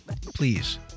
please